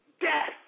Death